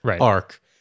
arc